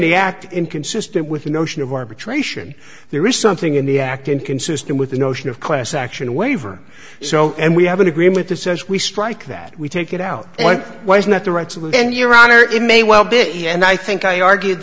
the act inconsistent with the notion of arbitration there is something in the act inconsistent with the notion of class action waiver so and we have an agreement that says we strike that we take it out like why is not the right solution and your honor it may well be and i think i argued